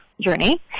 journey